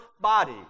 body